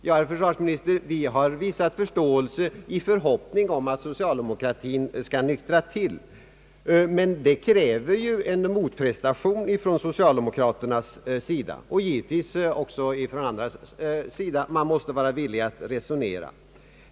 Ja, herr försvarsminister, vi har visat förståelse i förhoppning om att socialdemokratin skall nyktra till, men det kräver en motprestation från socialdemokraternas sida och givetvis även från andra partiers sida. Man måste vara villig att resonera.